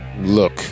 look